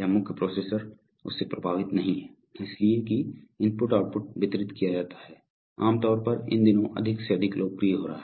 यह मुख्य प्रोसेसर उस से प्रभावित नहीं है इसलिए कि IO वितरित किया जाता है आम तौर पर इन दिनों अधिक से अधिक लोकप्रिय हो रहा है